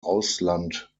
ausland